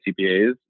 CPAs